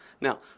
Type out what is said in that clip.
Now